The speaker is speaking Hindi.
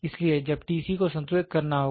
इसलिए जब को संतुलित करना होगा